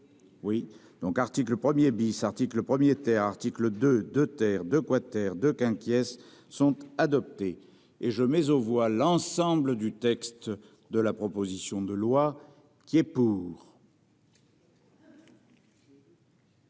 Oui donc article 1er bis article 1er article de de terre de quater de qu'inquiète. Sont adoptés et je mais aux voix l'ensemble du texte de la proposition de loi qui est pour.